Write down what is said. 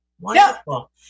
Wonderful